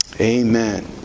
Amen